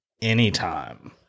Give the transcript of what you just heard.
anytime